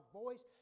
voice